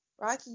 Rocky